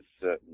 certain